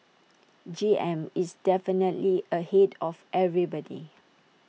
G M is definitely ahead of everybody